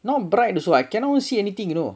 not bright also I cannot see anything you know